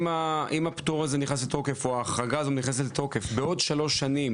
אם הפטור/החרגה נכנסים לתוקף בעוד שלוש שנים